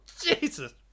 Jesus